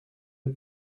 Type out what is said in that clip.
het